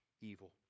evil